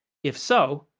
if so,